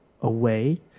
away